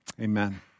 Amen